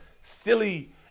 silly